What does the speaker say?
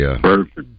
Perfect